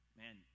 man